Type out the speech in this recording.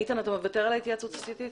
איתן, אתה מוותר על ההתייעצות הסיעתית?